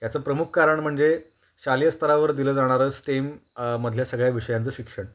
याचं प्रमुख कारण म्हणजे शालेय स्तरावर दिलं जाणारं स्टेम मधल्या सगळ्या विषयांचं शिक्षण